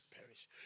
perish